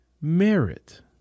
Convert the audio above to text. merit